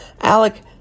Alec